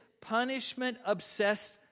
punishment-obsessed